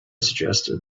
suggested